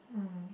mm